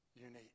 unique